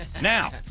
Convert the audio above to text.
Now